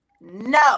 No